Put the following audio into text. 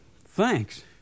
Thanks